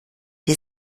die